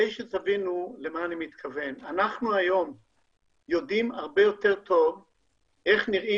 אנחנו היום יודעים הרבה יותר טוב איך נראים